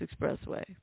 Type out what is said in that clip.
Expressway